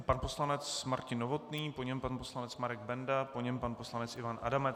Pan poslanec Martin Novotný, po něm pan poslanec Marek Benda, po něm pan poslanec Ivan Adamec.